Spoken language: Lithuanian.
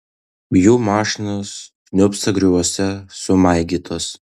jų mašinos kniūbso grioviuos sumaigytos